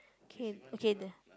K okay the